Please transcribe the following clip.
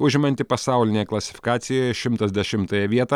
užimantį pasaulinėje klasifikacijoje šimtas dešimtąją vietą